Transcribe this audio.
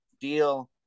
deal